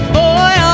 boy